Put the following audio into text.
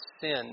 sin